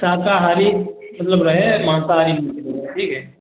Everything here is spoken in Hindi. शाकाहारी मतलब रहे हैं मांसाहारी ठीक है